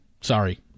Sorry